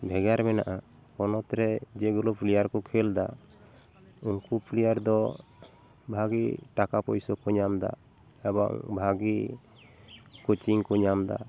ᱵᱷᱮᱜᱟᱨ ᱢᱮᱱᱟᱜᱼᱟ ᱯᱚᱱᱚᱛ ᱨᱮ ᱡᱮᱜᱩᱞᱟᱹ ᱯᱞᱮᱭᱟᱨ ᱠᱚ ᱠᱷᱮᱞ ᱫᱟ ᱩᱱᱠᱩ ᱯᱞᱮᱭᱟᱨ ᱫᱚ ᱵᱷᱟᱜᱮ ᱴᱟᱠᱟ ᱯᱩᱭᱥᱟᱹ ᱠᱚ ᱧᱟᱢ ᱫᱟ ᱮᱵᱚᱝ ᱵᱷᱟᱜᱮ ᱠᱳᱪᱤᱝ ᱠᱚ ᱧᱟᱢ ᱫᱟ